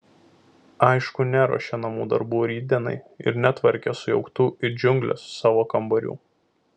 aišku neruošė namų darbų rytdienai ir netvarkė sujauktų it džiunglės savo kambarių